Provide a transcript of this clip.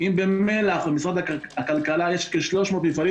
אם במל"ח למשרד הכלכלה יש כ-300 מפעלים